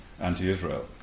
anti-Israel